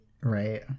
right